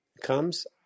comes